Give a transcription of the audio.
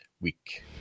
week